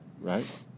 Right